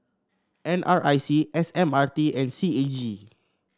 N R I C S M R T and C A G